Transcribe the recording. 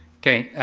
okay.